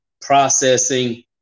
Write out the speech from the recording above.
processing